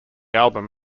album